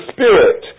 Spirit